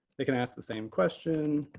they can ask the same question.